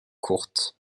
courtes